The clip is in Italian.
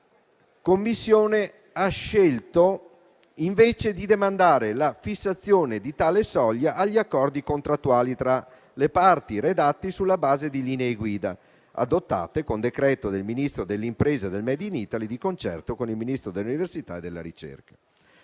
La Commissione ha scelto infatti di demandare la fissazione di tale soglia agli accordi contrattuali tra le parti, redatti sulla base di linee guida adottate con decreto del Ministro delle imprese e del *made in Italy*, di concerto con il Ministro dell'università e della ricerca.